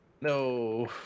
No